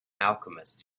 alchemist